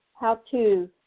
how-to